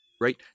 right